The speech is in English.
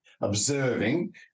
observing